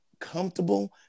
comfortable